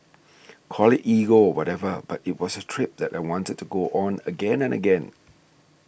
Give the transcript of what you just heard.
call it ego or whatever but it was a trip that I wanted to go on again and again